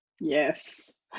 Yes